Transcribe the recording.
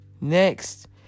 Next